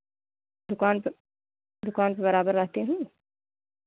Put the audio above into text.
दुकान पर दुकान पर बराबर आते हैं